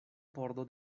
pordo